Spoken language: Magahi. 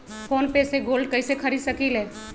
फ़ोन पे से गोल्ड कईसे खरीद सकीले?